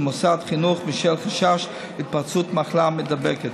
מוסד חינוך בשל חשש להתפרצות מחלה מידבקת.